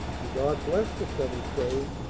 and god blessed the seventh day,